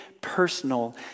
personal